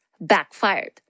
backfired